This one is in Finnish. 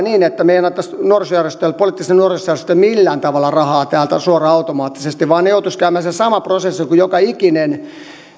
niin että me emme antaisi poliittisille nuorisojärjestöille millään tavalla rahaa täältä suoraan automaattisesti vaan ne joutuisivat käymään sen saman prosessin kuin joka ikinen